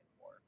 more